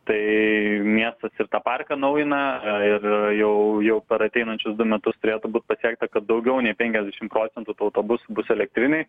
tai miestas ir tą parką naujina ir jau jau per ateinančius du metus turėtų pasiekta kad daugiau nei penkiasdešim procentų tų autobusų bus elektriniai